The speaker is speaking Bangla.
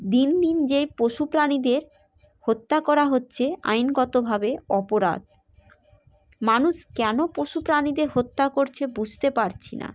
দিন দিন যে পশু প্রাণীদের হত্যা করা হচ্ছে আইনগতভাবে অপরাধ মানুষ কেন পশু প্রাণীদের হত্যা করছে বুঝতে পারছি না